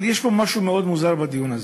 אבל יש משהו מאוד מוזר בדיון הזה.